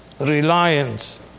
reliance